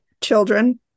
Children